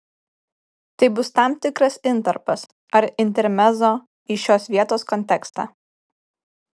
tai bus tam tikras intarpas ar intermezzo į šios vietos kontekstą